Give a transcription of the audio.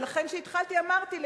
ולכן כשהתחלתי אמרתי,